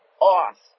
off